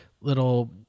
little